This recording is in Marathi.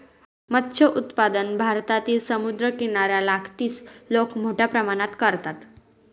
मत्स्य उत्पादन भारतातील समुद्रकिनाऱ्या लगतची लोक मोठ्या प्रमाणात करतात